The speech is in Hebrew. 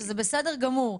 שזה בסדר גמור,